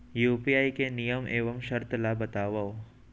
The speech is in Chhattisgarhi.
यू.पी.आई के नियम एवं शर्त ला बतावव